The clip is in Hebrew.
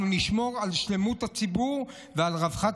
אנחנו נשמור על שלמות הציבור ועל רווחת